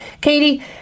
Katie